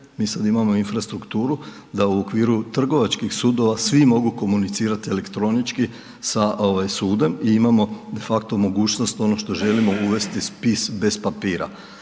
mi sad imamo infrastrukturu da u okviru trgovačkih sudova svi mogu komunicirat elektronički sa ovaj sudom i imamo de facto mogućnost ono što želimo uvesti spis bez papira.